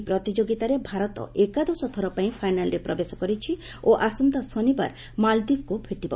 ଏହି ପ୍ରତିଯୋଗିତାରେ ଭାରତ ଏକାଦଶ ଥର ପାଇଁ ଫାଇନାଲ୍ରେ ପ୍ରବେଶ କରିଛି ଓ ଆସନ୍ତା ଶନିବାର ମାଳଦ୍ୱୀପକୁ ଭେଟିବ